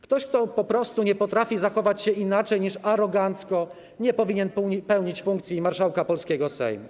Ktoś, kto po prostu nie potrafi zachować się inaczej niż arogancko, nie powinien pełnić funkcji marszałka polskiego Sejmu.